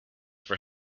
for